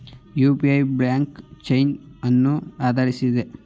UPI blockchain ಅನ್ನು ಆಧರಿಸಿದೆಯೇ?